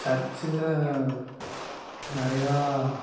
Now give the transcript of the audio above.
சர்ச்சில் நிறையா